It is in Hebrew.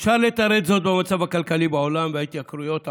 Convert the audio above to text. אפשר לתרץ זאת במצב הכלכלי בעולם ובהתייקרויות העולמיות,